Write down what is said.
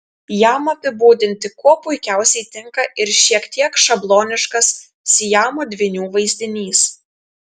jam apibūdinti kuo puikiausiai tinka ir šiek tiek šabloniškas siamo dvynių vaizdinys